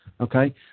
okay